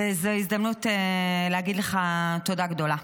זו הזדמנות להגיד לך תודה גדולה.